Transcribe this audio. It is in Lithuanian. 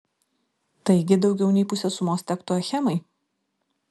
taigi daugiau nei pusė sumos tektų achemai